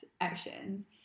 actions